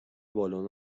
بالن